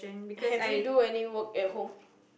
have you do any work at home